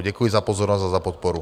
Děkuji za pozornost a za podporu.